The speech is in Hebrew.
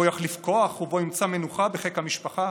"בו יחליף כוח ובו ימצא מנוחה בחיק המשפחה".